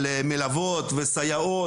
על מלוות וסיעות,